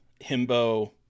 himbo